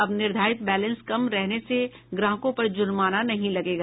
अब निर्धारित बैलेंस कम रहने से ग्राहकों पर जुर्माना नहीं लगेगा